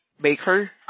Baker